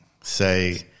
say